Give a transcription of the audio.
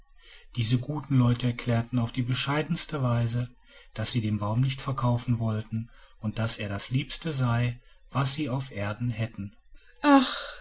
diese guten leute erklärten auf die bescheidenste weise daß sie den baum nicht verkaufen wollten und daß er das liebste sei was sie auf erden hätten ach